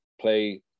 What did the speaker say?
play